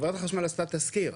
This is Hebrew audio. חברת החשמל עשתה תסקיר,